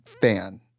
fan